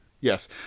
yes